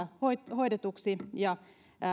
hoidetuiksi ja